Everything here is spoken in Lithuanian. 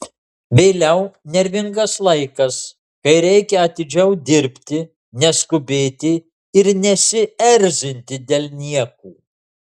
vėliau nervingas laikas kai reikia atidžiau dirbti neskubėti ir nesierzinti dėl niekų